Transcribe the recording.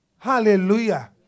Hallelujah